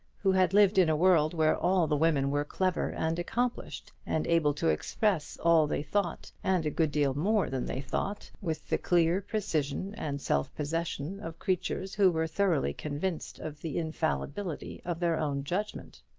who had lived in a world where all the women were clever and accomplished, and able to express all they thought, and a good deal more than they thought, with the clear precision and self-possession of creatures who were thoroughly convinced of the infallibility of their own judgment.